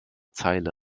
zeile